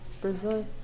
Brazil